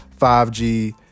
5G